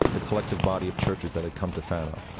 the collective body of churches that had come to fano.